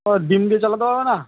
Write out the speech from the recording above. তা ডিম দিয়ে চালাতে পারবে না